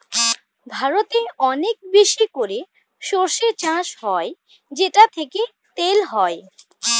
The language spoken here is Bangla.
ভারতে অনেক বেশি করে সরষে চাষ হয় যেটা থেকে তেল হয়